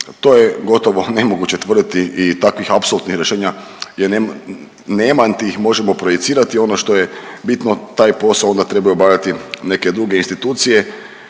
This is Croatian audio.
To je gotovo nemoguće tvrditi i takvih apsolutnih rješenja je nema niti ih možemo projicirati. Ono što je bitno taj posao onda trebaju obavljati neke druge institucije,